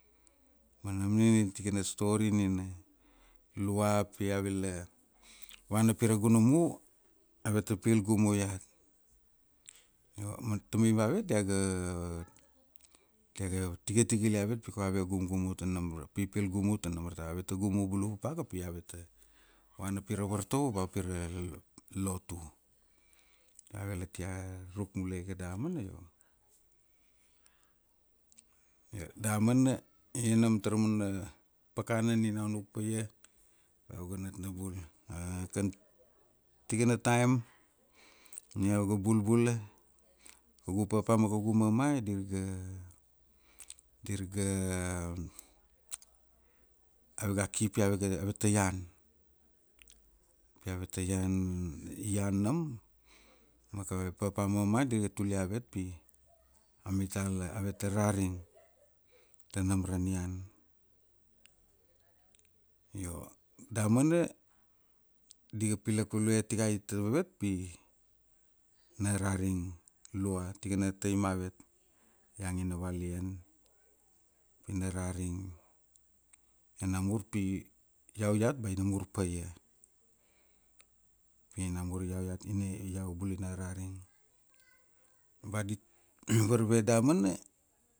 ma nam nina tikana story nina, lua pi avela, vana pi ra gunumu, aveta pil gumu iat. Io, tamai mavet diaga, diaga tigatigal avet pi koko ave gumgum tanam ra, pipil gumu tanam ra, aveta gumu bulu papaka pi aveta, vana pira vartovo ba pir latu. Io avegatia ruk mulai damana io. Io damana, ia nam taramana pakana nina iau nuk paia, iau ga natnabul. Kan tikana time, ni iau ga bul bula, kaugu papa ma kaugu mama, dir ga, dir ga, avega ki pi avega, aveta ian, pi aveta ian, ian nam, ma kave papa mama di ga tuliavet pi, amitala, aveta raring. Tanam ra nian. Io, damana, di ga pilak value tikai tavevet pi na raring lua. Tikana tai mavet. iangina valian. Pina raring. Io namur pi, iau iat baina mur paia. Pi namur iau iat, ina, iau bula ina araring. Ba di varve damana